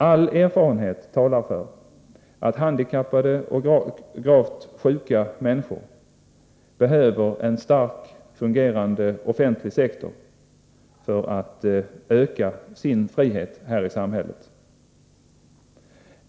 All erfarenhet talar för att handikappade och gravt sjuka människor behöver en stark och fungerande offentlig sektor för att öka sin frihet här i samhället.